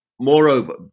Moreover